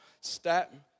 step